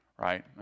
right